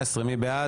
128, מי בעד?